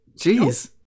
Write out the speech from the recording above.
Jeez